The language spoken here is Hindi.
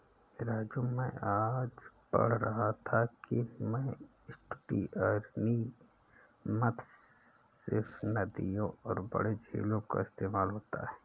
राजू मैं आज पढ़ रहा था कि में एस्टुअरीन मत्स्य सिर्फ नदियों और बड़े झीलों का इस्तेमाल होता है